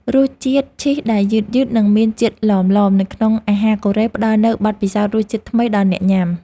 រសជាតិឈីសដែលយឺតៗនិងមានជាតិឡមៗនៅក្នុងអាហារកូរ៉េផ្តល់នូវបទពិសោធន៍រសជាតិថ្មីដល់អ្នកញ៉ាំ។